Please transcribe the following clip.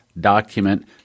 document